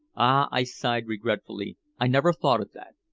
i sighed regretfully. i never thought of that.